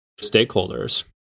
stakeholders